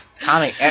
Tommy